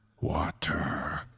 water